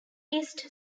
east